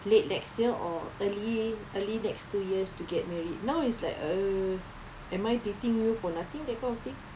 late next year or early early next two years to get married now is like err am I getting you for nothing that kind of thing